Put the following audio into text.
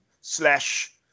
slash